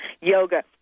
yoga